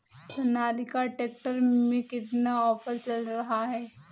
Sonalika tractor में कितना offer चल रहा है?